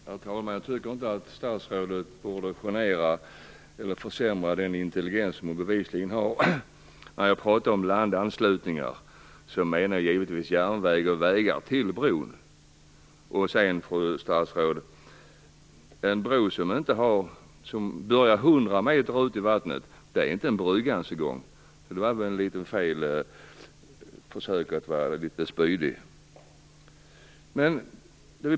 Herr talman! Jag tycker inte att statsrådet borde försämra intrycket av den intelligens som hon bevisligen har. Jag pratade om landanslutningar, och då menade jag givetvis järnvägar och vägar till bron. En bro som börjar 100 meter ut i vattnet är inte ens en gång en brygga. Det var väl ett dåligt försök att vara litet spydig.